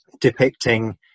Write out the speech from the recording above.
depicting